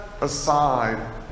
aside